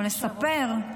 או לספר,